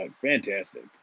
fantastic